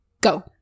go